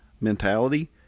mentality